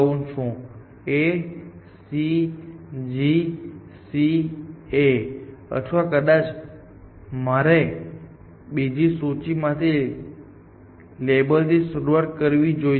A C G C A અથવા કદાચ મારે બીજી સૂચિમાંથી લેબલથી શરૂઆત કરવી જોઈતી હતી